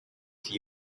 for